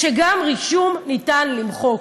שגם רישום ניתן למחוק.